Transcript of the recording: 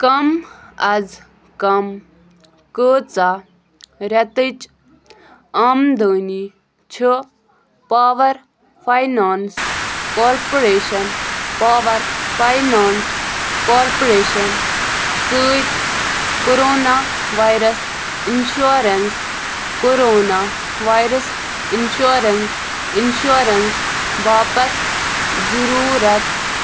کَم اَز کَم کۭژاہ رٮ۪تٕچ آمدٕنی چھُ power finance corporation power finance corporation سۭتۍ corona virus insurance corona virus insurance insurance باپتھ ضروٗرت